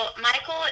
Michael